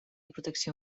protecció